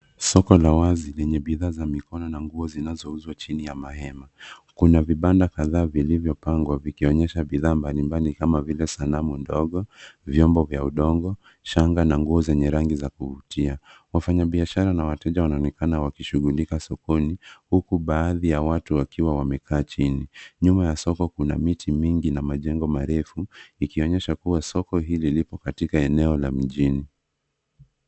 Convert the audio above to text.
Sokola wazi lenye bidhaa za mikono na nguo zinazouzwa chini ya mahema. Kuna vibanda kadhaa vilivyopangwa vikionyesha bidhaa mbalimbali kama vile sanamu ndogo, vyombo vya udongo, shanga na nguo zenye rangi za kuvutia. Wafanyabiashara na wateja wanaonekana wakishughulika sokoni huku baadhi ya watu wakiwa wamekaa chini. Nyuma ya soko kuna miti mingi na majengo marefu likionesha kuwa soko hili liko katika eneo la mjini.